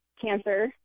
cancer